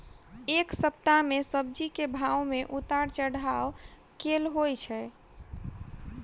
एक सप्ताह मे सब्जी केँ भाव मे उतार चढ़ाब केल होइ छै?